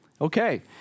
Okay